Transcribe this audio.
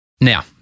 Now